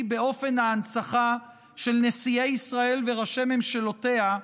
באופן ההנצחה של נשיאי ישראל וראשי ממשלותיה,